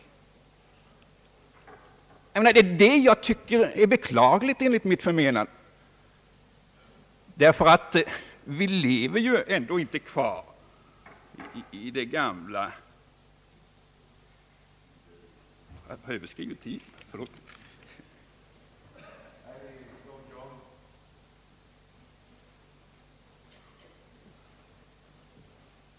Jag tycker att det är beklagligt, ty vi lever ju inte kvar i det gamla samhället, utan i ett i snabb utveckling varande samhälle, där man om man är realistisk får räkna med att privat och samhällelig företagsamhet kommer att verka sida vid sida.